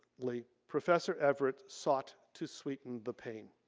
like professor everett sought to sweeten the pain.